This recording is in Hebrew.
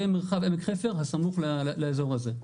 גם את אחיטוב וגם את התושבים במרחב עמק חפר הסמוך לאזור הזה.